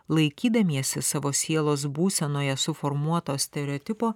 laikydamiesi savo sielos būsenoje suformuoto stereotipo